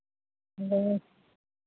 hello